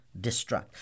destruct